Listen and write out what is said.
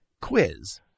quiz